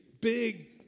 big